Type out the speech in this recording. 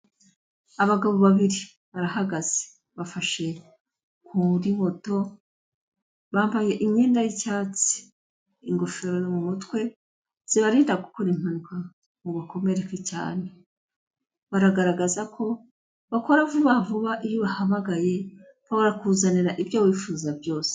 Abagabo babiri barahagaze bafashe kuri moto bambaye imyenda y'icyatsi ingofero mu mutwe, zibarinda gukora impanuka ngo bakomereke cyane, baragaragaza ko bakora vuba vuba iyo ubahamagaye bakakuzanira ibyo wifuza byose.